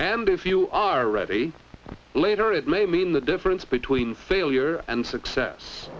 and if you are ready later it may mean the difference between failure and success